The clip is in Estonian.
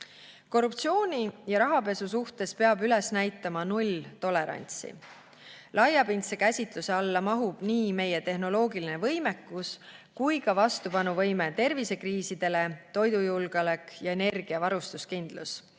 haavatavused. Korruptsiooni ja rahapesu suhtes peab üles näitama nulltolerantsi. Laiapindse käsitluse alla mahub nii meie tehnoloogiline võimekus kui ka vastupanuvõime tervisekriisidele, toidujulgeolek ja energiavarustuskindlus.